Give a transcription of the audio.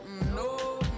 no